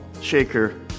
shaker